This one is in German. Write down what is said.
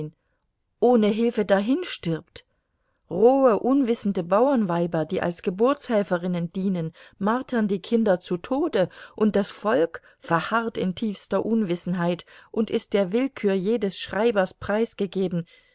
ohne hilfe dahinstirbt rohe unwissende bauernweiber die als geburtshelferinnen dienen martern die kinder zu tode und das volk verharrt in tiefster unwissenheit und ist der willkür jedes schreibers preisgegeben